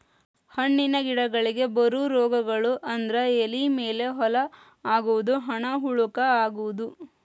ಹಣ್ಣಿನ ಗಿಡಗಳಿಗೆ ಬರು ರೋಗಗಳು ಅಂದ್ರ ಎಲಿ ಮೇಲೆ ಹೋಲ ಆಗುದು, ಹಣ್ಣ ಹುಳಕ ಅಗುದು